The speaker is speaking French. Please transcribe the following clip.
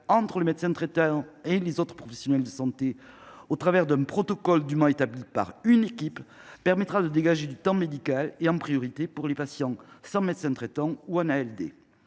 entre le médecin traitant et les autres professionnels de santé, au travers d’un protocole dûment établi par une équipe, permettra de dégager du temps médical, en priorité pour les patients sans médecin traitant ou en ALD.